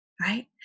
Right